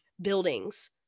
buildings